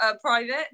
private